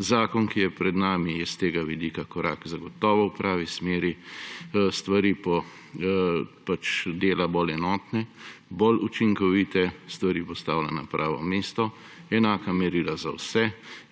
Zakon, ki je pred nami, je s tega vidika korak zagotovo v pravi smeri. Stvari dela bolj enotne, bolj učinkovite, stvari postavlja na pravo mesto, enaka merila za vse.